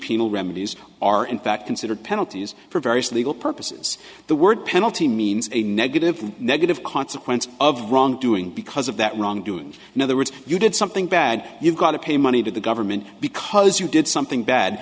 penal remedies are in fact considered penalties for various legal purposes the word penalty means a negative negative consequence of wrongdoing because of that wrongdoing in other words you did something bad you've got to pay money to the government because you did something bad